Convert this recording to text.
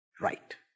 right